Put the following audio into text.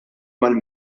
mal